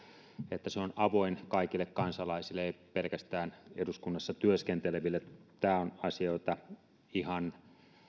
että se on avoin kaikille kansalaisille ei pelkästään eduskunnassa työskenteleville tämä on asia jota ihan